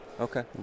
Okay